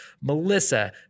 Melissa